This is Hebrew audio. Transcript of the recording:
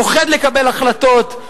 פוחד לקבל החלטות,